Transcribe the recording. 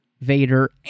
Vader